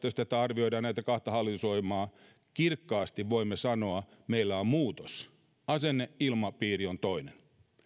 jos näitä kahta hallitusohjelmaa arvioidaan arvojen lähtökohdasta kirkkaasti voimme sanoa meillä on muutos asenneilmapiiri on toinen